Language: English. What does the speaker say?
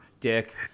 Dick